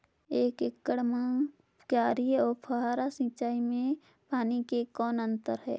एक एकड़ म क्यारी अउ फव्वारा सिंचाई मे पानी के कौन अंतर हे?